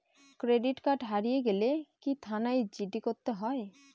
Credit card হারিয়ে গেলে কি থানায় জি.ডি করতে হয়?